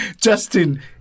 Justin